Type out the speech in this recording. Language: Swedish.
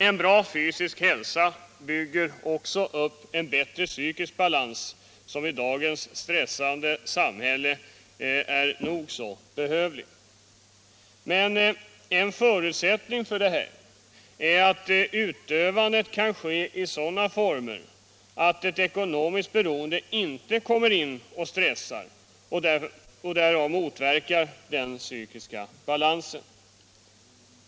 En bra fysisk hälsa bygger också upp en bättre psykisk balans som i dagens stressande samhälle är nog så behövlig. Men en förutsättning för detta är att utövandet kan ske i sådana former att ett ekonomiskt beroende inte kommer in och stressar, och därför motverkar, den psykiska balansen.